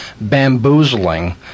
bamboozling